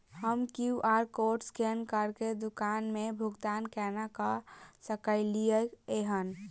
हम QR code scan करके दुकान मे भुगतान केना करऽ सकलिये एहन?